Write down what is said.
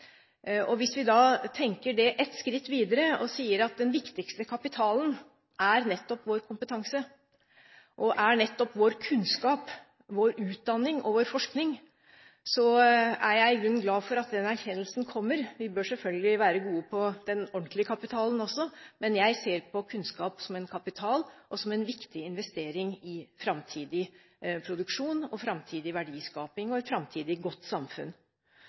kapital. Hvis vi tar den tanken ett skritt videre og sier at den viktigste kapitalen er nettopp vår kompetanse, vår kunnskap, vår utdanning og forskning, er jeg i grunnen glad for at den erkjennelsen kommer. Vi bør selvfølgelig være gode på den ordentlige kapitalen også. Men jeg ser på kunnskap som en kapital og en viktig investering i framtidig produksjon, framtidig verdiskaping og i et framtidig godt samfunn.